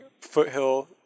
foothill